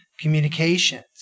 communications